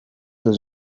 dans